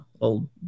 old